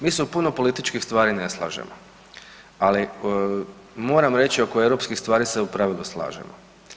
Mi se u puno političkih stvari ne slažemo, ali moram reći oko europskih stvari se u pravilu slažemo.